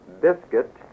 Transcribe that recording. biscuit